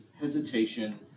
hesitation